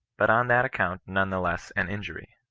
but on that account none the less an injv ry.